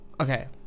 Okay